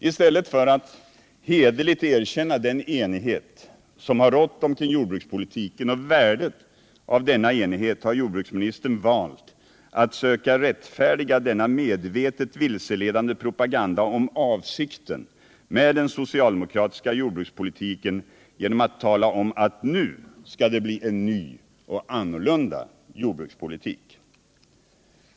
I stället för att hederligt erkänna den enighet som har rått omkring jordbrukspolitiken och värdet av denna enighet har jordbruksministern valt att söka rättfärdiga denna medvetet vilseledande propaganda om avsikten med den socialdemokratiska jordbrukspolitiken genom att tala om att nu skall det bli en ny och annorlunda jordbrukspolitik.